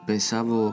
pensavo